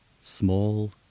small